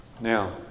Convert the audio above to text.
Now